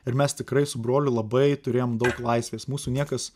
ir mes tikrai su broliu labai turėjom daug laisvės mūsų niekas